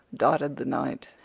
dotted the night.